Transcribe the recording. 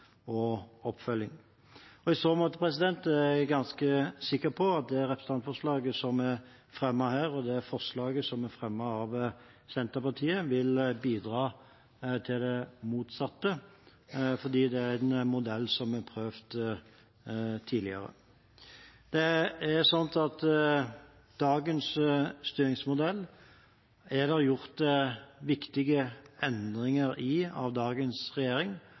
og oppfølging. I så måte er jeg ganske sikker på at det representantforslaget som er fremmet her, og de forslagene som er fremmet av Senterpartiet og SV, vil bidra til det motsatte, fordi det er en modell som er prøvd tidligere. Dagens styringsmodell er det gjort viktige endringer i av dagens regjering.